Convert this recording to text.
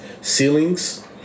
ceilings